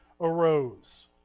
arose